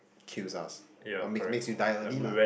kills us make make you die early lah